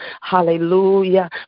hallelujah